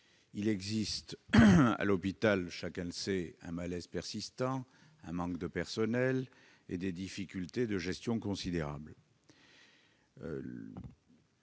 il existe à l'hôpital un malaise persistant, un manque de personnel et des difficultés de gestion considérables.